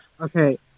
Okay